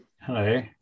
Hello